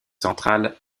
centrale